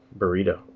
burrito